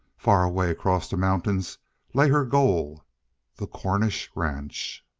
far away across the mountains lay her goal the cornish ranch.